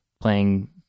playing